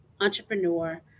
entrepreneur